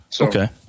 Okay